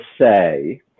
say